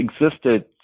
existed